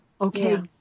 Okay